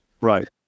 Right